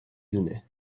دونه